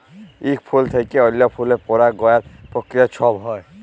ইক ফুল থ্যাইকে অল্য ফুলে পরাগায়ল পক্রিয়া ছব হ্যয়